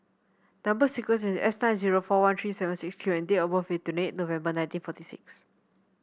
number sequence is S nine zero four one three seven six Q and date of birth is twenty eight November nineteen forty six